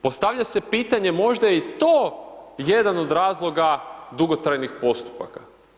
Postavlja se pitanje možda je to jedan od razloga dugotrajnih postupaka.